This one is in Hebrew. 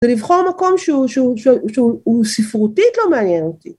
‫זה לבחור מקום שהוא... שהוא.. שהוא.. שהוא ספרותית ‫לא מעניין אותי.